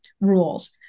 rules